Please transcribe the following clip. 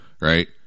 Right